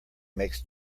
makes